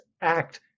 act